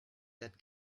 that